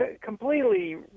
completely